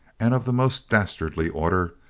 and of the most dastardly order,